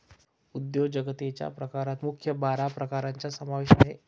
उद्योजकतेच्या प्रकारात मुख्य बारा प्रकारांचा समावेश आहे